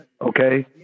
okay